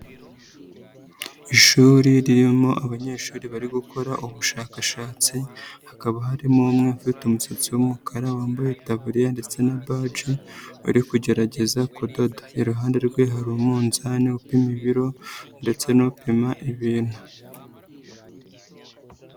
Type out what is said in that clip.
Ishuri ririmo abanyeshuri bari gukora ubushakashatsi hakaba harimo umwe ufite umusatsi w'umukara wambaye itaburiya ndetse na baji uri kugerageza kudoda, iruhande rwe hari umunzani upima ibiro ndetse n'upima ibintu.